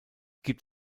gibt